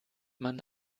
man